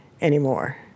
anymore